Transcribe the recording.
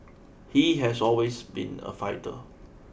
he has always been a fighter